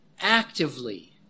actively